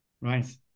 Right